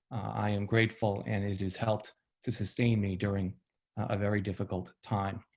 i am grateful and it has helped to sustain me during a very difficult time.